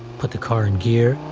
put the car in gear